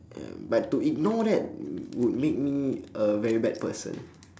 ya to ignore that w~ would make me a very bad person